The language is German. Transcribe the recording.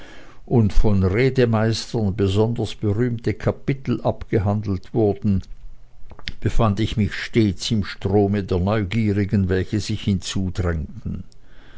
und von redemeistern besonders berühmte kapitel abgehandelt wurden befand ich mich stets im strome der neugierigen welche sich